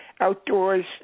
outdoors